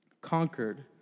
conquered